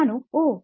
ನಾನು ಓಹ್